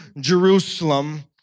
Jerusalem